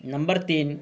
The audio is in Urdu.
نمبر تین